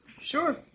Sure